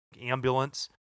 ambulance